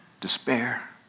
despair